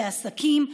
לעסקים,